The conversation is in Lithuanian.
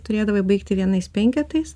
turėdavai baigti vienais penketais